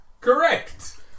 correct